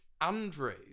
Andrew